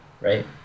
right